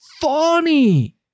funny